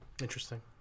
Interesting